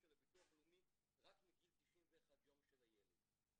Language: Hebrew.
של ביטוח לאומי רק מגיל 91 יום של הילד.